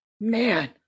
Man